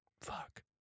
Fuck